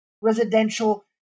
residential